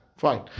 Fine